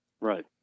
Right